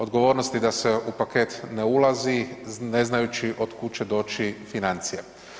Odgovornosti da se u paket ne ulazi ne znajući od kud će doći financija.